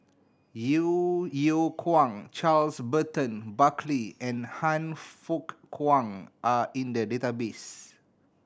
Yeo Yeow Kwang Charles Burton Buckley and Han Fook Kwang are in the database